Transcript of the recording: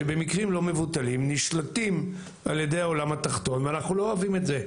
שבמקרים לא מבוטלים נשלטים על ידי העולם התחתון ואנחנו לא אוהבים את זה,